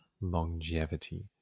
longevity